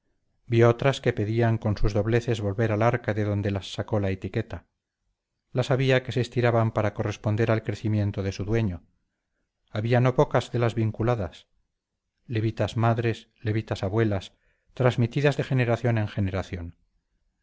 vi otras que pedían con sus dobleces volver al arca de donde las sacó la etiqueta las había que se estiraban para corresponder al crecimiento de su dueño había no pocas de las vinculadas levitas madres levitas abuelas transmitidas de generación en generación